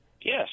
Yes